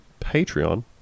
Patreon